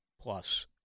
plus